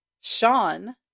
Sean